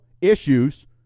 issues